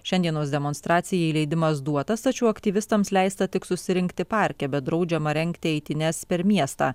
šiandienos demonstracijai leidimas duotas tačiau aktyvistams leista tik susirinkti parke bet draudžiama rengti eitynes per miestą